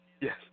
Yes